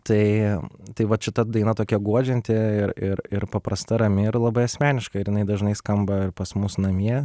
tai tai vat šita daina tokia guodžianti ir ir ir paprasta rami ir labai asmeniška ir jinai dažnai skamba ir pas mus namie